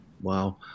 Wow